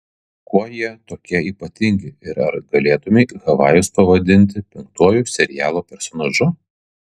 kuo jie tokie ypatingi ir ar galėtumei havajus pavadinti penktuoju serialo personažu